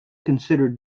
considered